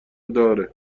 داره